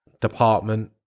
department